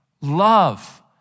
love